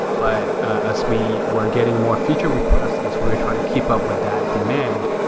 but ah as we were getting more feature request, as we were trying to keep up with that demand,